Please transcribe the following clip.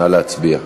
נא להצביע.